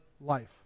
life